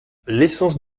l’essence